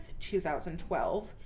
2012